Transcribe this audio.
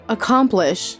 Accomplish